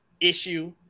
issue